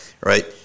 right